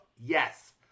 Yes